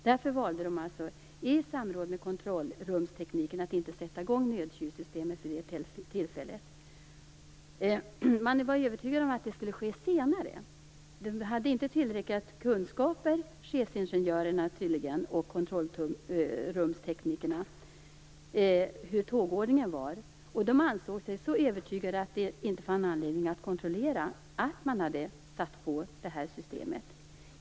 Därför valde man i samråd med kontrollrumsteknikerna att inte sätta i gång nedkylningssystemet vid det tillfället. Man var övertygad om att det skulle ske senare. Chefsingenjörerna och kontrollrumsteknikerna hade tydligen inte tillräckliga kunskaper om hur tågordningen var. De ansåg sig så övertygade att de inte fann anledning att kontrollera att man hade satt på systemet.